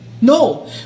No